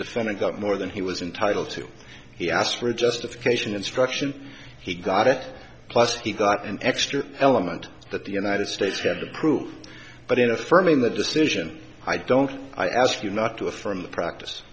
got more than he was entitle to he asked for justification instruction he got it plus he got an extra element that the united states have approved but in affirming the decision i don't i ask you not to affirm the practice